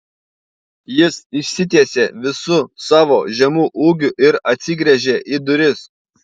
jis išsitiesė visu savo žemu ūgiu ir atsigręžė į duris